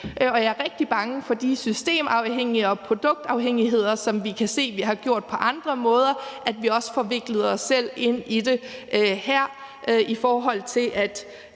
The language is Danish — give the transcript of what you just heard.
Jeg er rigtig bange for de systemafhængigheder og produktafhængigheder, som vi kan se at vi har fået på andre områder, og at vi også får viklet os selv ind i det her, i forhold til at